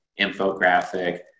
infographic